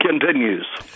continues